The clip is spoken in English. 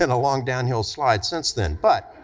and long downhill slide since then, but,